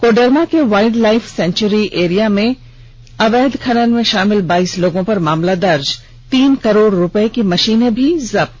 कोडरमा के wildlife sanctuary area में अवैध खनन में शामिल बाईस लोगों पर मामला दर्ज तीन करोड रुपए की मशीनें भी जब्त